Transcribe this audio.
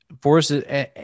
forces –